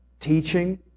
teaching